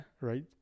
Right